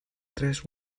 tres